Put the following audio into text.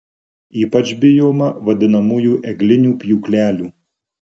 ypač bijoma vadinamųjų eglinių pjūklelių